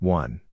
one